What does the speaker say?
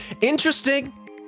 interesting